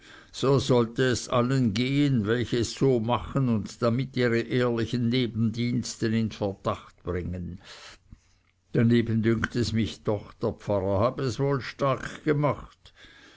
so sollte es allen gehen welche es so machen und damit ihre ehrlichen nebendiensten in verdacht bringen daneben dünkt es mich doch der pfarrer habe es wohl stark gemacht